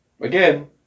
Again